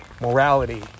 morality